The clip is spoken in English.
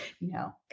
No